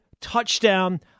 touchdown